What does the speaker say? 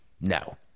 No